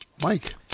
Mike